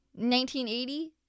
1980